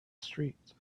street